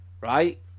right